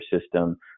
system